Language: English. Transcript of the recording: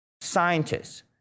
scientists